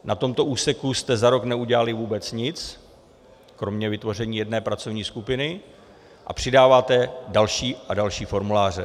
Na tomto úseku jste za rok neudělali vůbec nic kromě vytvoření jedné pracovní skupiny a přidáváte další a další formuláře.